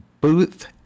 Booth